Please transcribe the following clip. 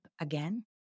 again